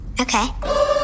Okay